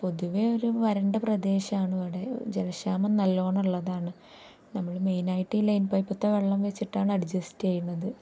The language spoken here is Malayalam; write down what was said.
പൊതുവെ ഒരു വരണ്ട പ്രദേശമാണ് ഇവിടെ ജലക്ഷാമം നല്ല വണ്ണം ഉള്ളതാണ് നമ്മൾ മെയിനായിട്ട് ഈ ലൈൻ പൈപ്പിലത്തെ വെള്ളം വെച്ചിട്ടാണ് അഡ്ജസ്റ്റ് ചെയ്യുന്നത്